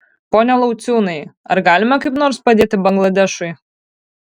pone lauciūnai ar galime kaip nors padėti bangladešui